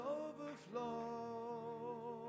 overflow